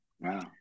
Wow